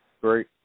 Great